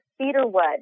cedarwood